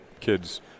kids